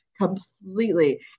completely